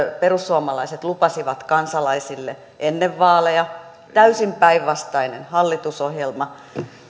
perussuomalaiset lupasivat kansalaisille ennen vaaleja täysin päinvastainen hallitusohjelma